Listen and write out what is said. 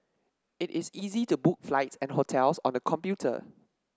it is easy to book flights and hotels on the computer